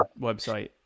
website